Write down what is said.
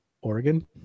Oregon